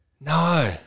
No